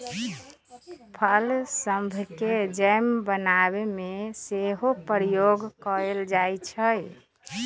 फल सभके जैम बनाबे में सेहो प्रयोग कएल जाइ छइ